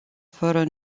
fără